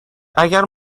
اگر